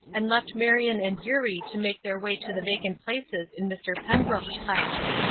and left marion and eurie to make their way to the vacant places in mr. pembrook's class.